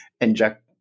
inject